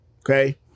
okay